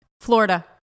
Florida